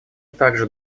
также